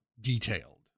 detailed